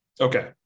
Okay